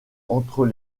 entre